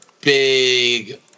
big